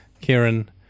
Kieran